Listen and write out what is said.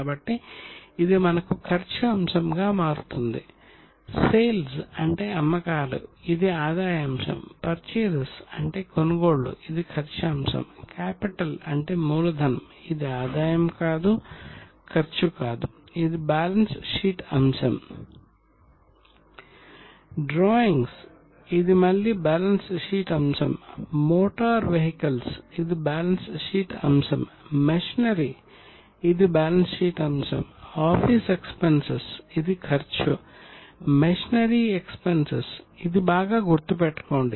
కాబట్టి ఇది ఈ సమయానికి ఆదాయ అంశం అవుతుంది